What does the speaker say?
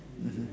mmhmm